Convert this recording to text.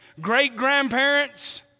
great-grandparents